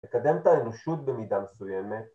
‫לקדם את האנושות במידה מסוימת.